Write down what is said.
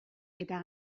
eta